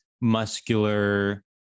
muscular